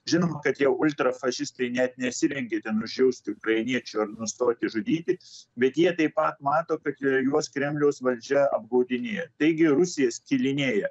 žinoma kad tie ultrafašistai net nesirengia ten užjausti ukrainiečių ar nustoti žudyti bet jie taip pat mato kad juos kremliaus valdžia apgaudinėja taigi rusija skilinėja